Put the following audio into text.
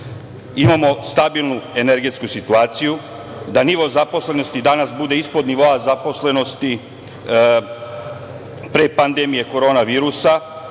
imamo stabilnu energetsku situaciju, da nivo zaposlenosti danas bude ispod nivoa zaposlenosti pre pandemije korona